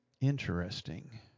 interesting